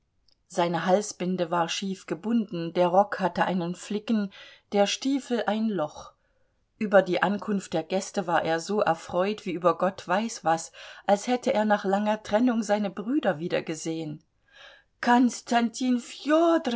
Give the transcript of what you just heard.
seine halsbinde war schief gebunden der rock hatte einen flicken der stiefel ein loch über die ankunft der gäste war er so erfreut wie über gott weiß was als hätte er nach langer trennung seine brüder wiedergesehen